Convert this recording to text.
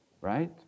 right